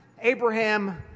Abraham